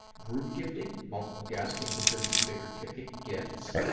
group gifting, multiple guests can contribute to bigger-ticket gifts,